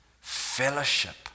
fellowship